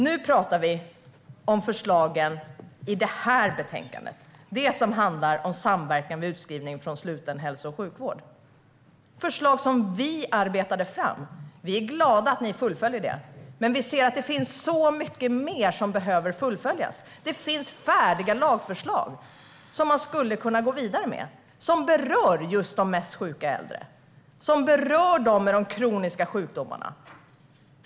Nu talar vi om förslaget i detta betänkande - det som handlar om samverkan vid utskrivning från sluten hälso och sjukvård. Det är ett förslag som vi arbetade fram. Vi är glada att ni fullföljer det, men det finns mycket mer som behöver fullföljas. Det finns färdiga lagförslag som man skulle kunna gå vidare med, som berör just de mest sjuka äldre och som berör dem med kroniska sjukdomar.